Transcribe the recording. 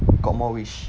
got more wish